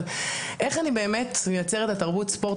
איך אני מייצרת את תרבות הספורט?